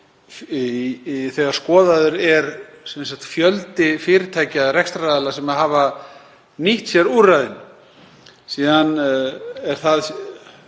þegar skoðaður er fjöldi fyrirtækja eða rekstraraðila sem hafa nýtt sér úrræðin. Síðan er önnur